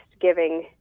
giving